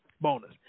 bonus